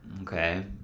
Okay